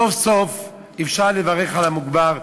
סוף-סוף אפשר לברך על המוגמר.